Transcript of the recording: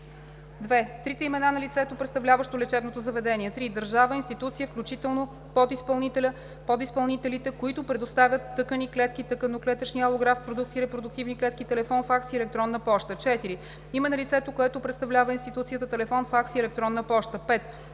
2. трите имена на лицето, представляващо лечебното заведение; 3. държава, институция, включително подизпълнителят/ подизпълнителите, които предоставят тъкани/клетки/тъканно-клетъчни алографт продукти/репродуктивни клетки, телефон, факс и електронна поща; 4. име на лицето, което представлява институцията, телефон, факс и електронна поща; 5.